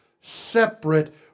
separate